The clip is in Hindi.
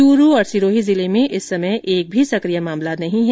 चूरू और सिरोही जिले में इस समय एक भी सकिय मामला नहीं है